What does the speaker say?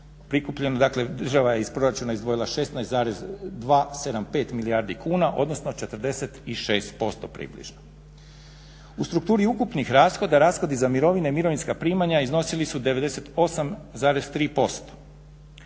prikupljeno, dakle država je iz proračuna izdvojila 16,275 milijardi kuna, odnosno 46% približno. U strukturi ukupnih rashoda, rashodi za mirovine i mirovinska primanja iznosili su 98,3%.